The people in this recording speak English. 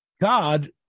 god